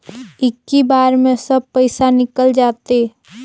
इक्की बार मे सब पइसा निकल जाते?